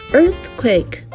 earthquake，